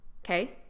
okay